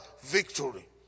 victory